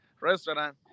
restaurant